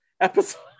Episode